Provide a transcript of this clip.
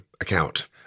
account